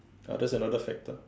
ah that's another factor